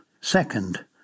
second